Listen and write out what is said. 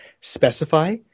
specify